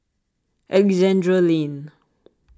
Alexandra Lane